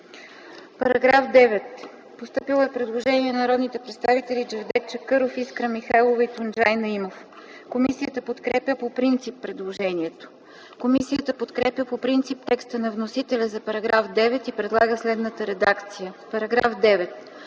По § 33 е постъпило предложение от народните представители Джевдет Чакъров, Искра Михайлова и Тунджай Наимов. Комисията подкрепя по принцип предложението. Комисията подкрепя по принцип текста на вносителя за § 33 и предлага следната редакция: „§ 33.